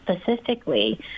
specifically